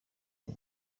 uyu